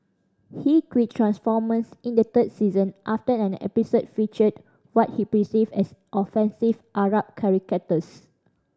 he quit Transformers in the third season after an episode featured what he perceived as offensive Arab caricatures